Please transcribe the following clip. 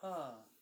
!huh!